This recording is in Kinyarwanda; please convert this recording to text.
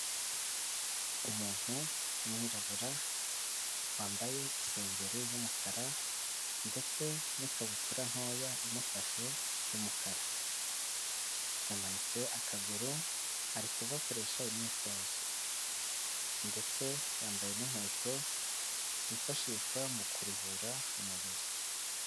Umuntu w'umwirabura wambaye isengeri y'umukara ndetse n'ikabutura ntoya imufashe y'umukara; yamanitse akaguru ari kugakoresha imyitozo; ndetse yambaye n'inkweto zifashishwa mu kuruhura umubiri.